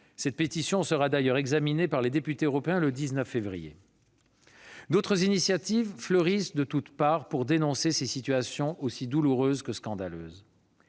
laquelle sera d'ailleurs examinée par les députés européens le 19 février. D'autres initiatives fleurissent de toutes parts pour dénoncer ces situations aussi douloureuses que scandaleuses.